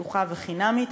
פתוחה וחינמית,